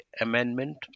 amendment